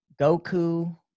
Goku